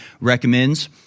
recommends